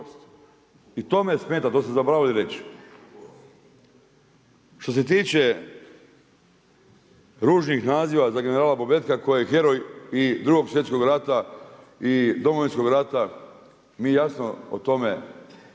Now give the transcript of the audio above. i to me smeta to sam zaboravio reći. Što se tiče ružnih naziva za generala Bobetka koji je heroj i Drugog svjetskog rata i Domovinskog rata, mi jasno o tome govorimo